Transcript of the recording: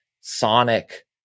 sonic